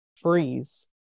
Freeze